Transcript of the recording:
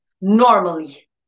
normally